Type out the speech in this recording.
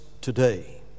today